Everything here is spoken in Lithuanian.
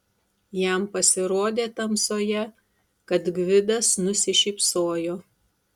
jam pasirodė tamsoje kad gvidas nusišypsojo